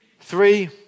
three